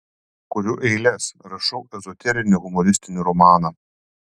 kuriu eiles rašau ezoterinį humoristinį romaną